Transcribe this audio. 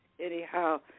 anyhow